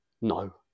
No